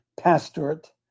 pastorate